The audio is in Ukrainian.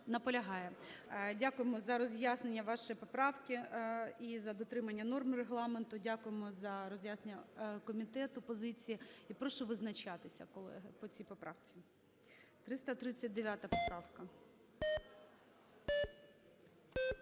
Дякуємо за роз'яснення вашої поправки і за дотримання норм Регламенту. Дякуємо за роз'яснення комітету позиції. І прошу визначатися, колеги, по цій поправці, 339 поправка.